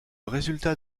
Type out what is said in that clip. résultat